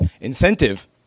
incentive